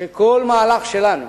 שכל מהלך שלנו